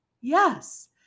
Yes